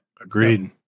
Agreed